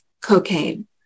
cocaine